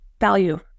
Value